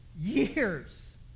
years